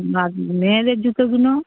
নাতনি মেয়েদের জুতোগু লো